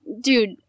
Dude